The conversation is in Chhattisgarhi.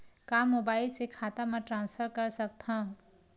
का मोबाइल से खाता म ट्रान्सफर कर सकथव?